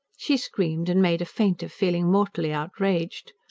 she screamed, and made a feint of feeling mortally outraged.